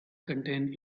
contain